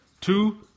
Two